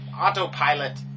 autopilot